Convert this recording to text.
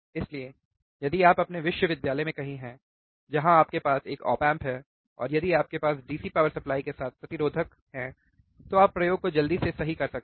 इसलिए यदि आप अपने विश्वविद्यालय में कहीं हैं जहां आपके पास एक ऑप एम्प है और यदि आपके पास DC पावर सप्लाई के साथ प्रतिरोधक हैं तो आप प्रयोग को जल्दी से सही कर सकते हैं